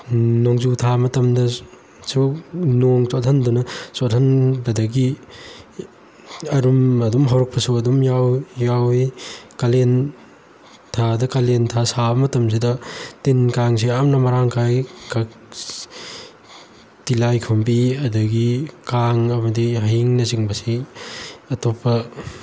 ꯅꯣꯡꯖꯨꯊꯥ ꯃꯇꯝꯗꯁꯨ ꯅꯣꯡ ꯆꯣꯠꯍꯟꯗꯨꯅ ꯆꯣꯠꯍꯟꯕꯗꯒꯤ ꯑꯔꯨꯝ ꯑꯗꯨꯝ ꯍꯧꯔꯛꯄꯁꯨ ꯑꯗꯨꯝ ꯌꯥꯎꯏ ꯀꯥꯂꯦꯟ ꯊꯥꯗ ꯀꯥꯂꯦꯟꯊꯥ ꯁꯥꯕ ꯃꯇꯝꯁꯤꯗ ꯇꯤꯟ ꯀꯥꯡꯁꯨ ꯌꯥꯝꯅ ꯃꯔꯥꯡ ꯀꯥꯏ ꯇꯤꯂꯥꯏꯈꯣꯝꯕꯤ ꯑꯗꯨꯗꯒꯤ ꯀꯥꯡ ꯑꯃꯗꯤ ꯍꯌꯤꯡꯅꯆꯤꯡꯕꯁꯤ ꯑꯇꯣꯞꯄ